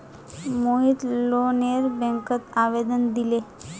मोहित लोनेर बैंकत आवेदन दिले